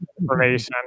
information